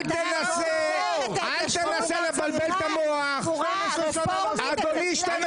אל תנסה לבלבל את המוח ------ הרפורמי --------- בשעה